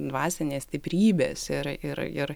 dvasinės stiprybės ir ir ir